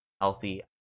healthy